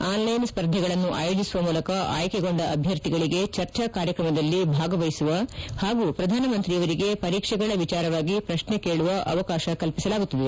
online ಸ್ಪರ್ಧೆಗಳನ್ನು ಆಯೋಜಿಸುವ ಮೂಲಕ ಆಯ್ಲೆಗೊಂಡ ಅಭ್ವರ್ಥಿಗಳಗೆ ಚರ್ಚಾ ಕಾರ್ಯಕ್ರಮದಲ್ಲಿ ಭಾಗವಹಿಸುವ ಹಾಗೂ ಪ್ರಧಾನಮಂತ್ರಿಯವರಿಗೆ ಪರೀಕ್ಷೆಗಳ ವಿಚಾರವಾಗಿ ಪ್ರಶ್ನೆ ಕೇಳುವ ಅವಕಾಶ ಕಲ್ಲಿಸಲಾಗುತ್ತದೆ